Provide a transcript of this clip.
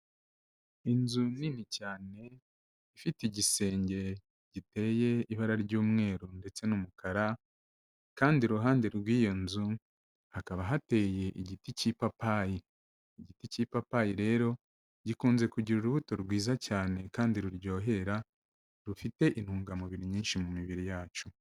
Inzu nini cyane ifite igisenge giteye ibara ry'umweru ndetse n'umukara, kandi iruhande rw'iyo nzu hakaba hateye igiti cy'ipapayi, igiti cy'ipapayi rero gikunze kugira urubuto rwiza cyane kandi ruryohera, rufite intungamubiri nyinshi mu mibiri yacu.